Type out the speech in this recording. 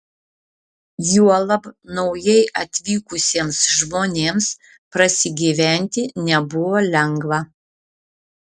juolab naujai atvykusiems žmonėms prasigyventi nebuvo lengva